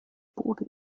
boden